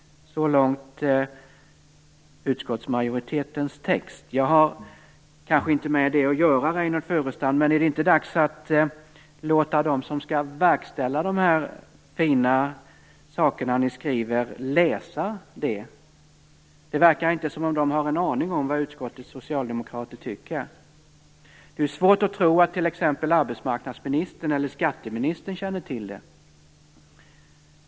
Jag har kanske inte med det att göra, Reynoldh Furustrand, men är det inte dags att låta dem som skall verkställa de här fina sakerna läsa vad ni skriver? Det verkar inte som om de har en aning om vad utskottets socialdemokrater tycker. Det är svårt att tro att t.ex. arbetsmarknadsministern eller skatteministern känner till det.